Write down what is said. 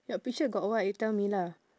your picture got what you tell me lah